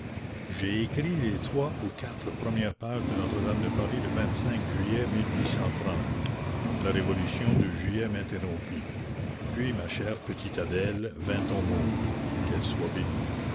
j'ai écrit les trois ou quatre premières pages de notre-dame de paris le juillet la révolution de juillet m'interrompit puis ma chère petite adèle vint au monde qu'elle